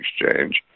Exchange